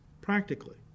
practically